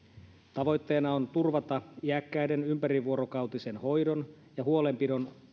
tavoitteena on turvata iäkkäiden ympärivuorokautisen hoidon ja huolenpidon